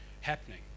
happening